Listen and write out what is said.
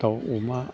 दाउ अमा